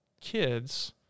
kids